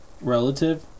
Relative